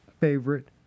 favorite